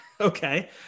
Okay